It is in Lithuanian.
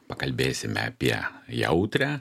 pakalbėsime apie jautrią